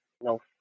no